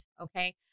Okay